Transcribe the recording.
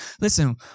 Listen